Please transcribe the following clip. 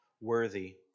worthy